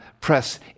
press